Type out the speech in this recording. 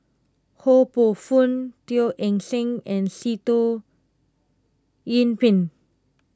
Ho Poh Fun Teo Eng Seng and Sitoh Yih Pin